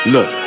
Look